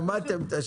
למדתם את השיטה...